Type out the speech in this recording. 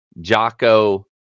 Jocko